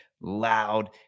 loud